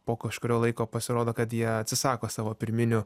po kažkurio laiko pasirodo kad jie atsisako savo pirminių